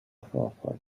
firefighter